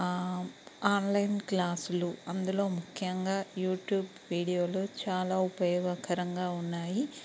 online క్లాసులు అందులో ముఖ్యంగా యూట్యూబ్ వీడియోలు చాలా ఉపయోగకరంగా ఉన్నాయి